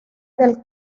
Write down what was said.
del